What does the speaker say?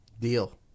deal